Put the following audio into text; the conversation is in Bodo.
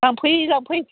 लांफै लांफै